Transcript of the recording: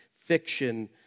fiction